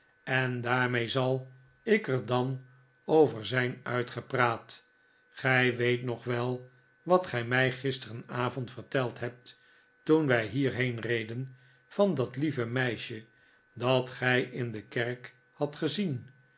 en daarmee zal ik er dan over zijn uitgepraat gij weet nog wel wat gij mij gisterenavond verteld hebt toen wij hierheen reden van dat lieve meisje dat gij in de kerk hadt gezien